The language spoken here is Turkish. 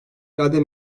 irade